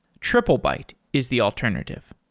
triplebyte is the alternative.